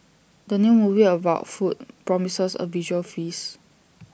the new movie about food promises A visual feast